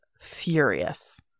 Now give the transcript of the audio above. furious